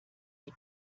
die